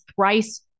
thrice